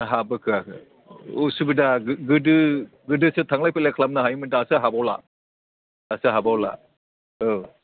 हाबो खोयाखै उसुबिदा गोदो गोदोसो थांलाय फैलाय खालामनो हायोमोन दासो हाबावला दासो हाबावला औ